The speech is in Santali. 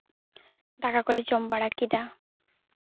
ᱫᱟᱠᱟ ᱠᱚᱞᱮ ᱡᱚᱢ ᱵᱟᱲᱟ ᱠᱮᱫᱟ